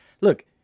look